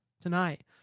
tonight